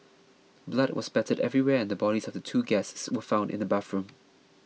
blood was spattered everywhere and the bodies of the two guests were found in the bathroom